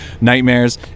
nightmares